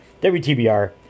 WTBR